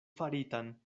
faritan